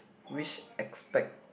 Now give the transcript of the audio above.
which aspect